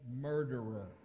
murderer